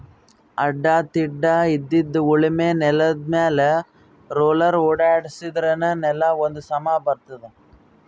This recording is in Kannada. ಅಡ್ಡಾ ತಿಡ್ಡಾಇದ್ದಿದ್ ಉಳಮೆ ನೆಲ್ದಮ್ಯಾಲ್ ರೊಲ್ಲರ್ ಓಡ್ಸಾದ್ರಿನ್ದ ನೆಲಾ ಒಂದ್ ಸಮಾ ಬರ್ತದ್